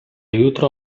jutro